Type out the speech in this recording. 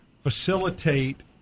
facilitate